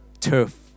turf